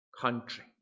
country